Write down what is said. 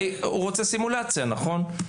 הרי, הוא רוצה סימולציה, נכון?